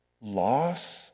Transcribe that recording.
loss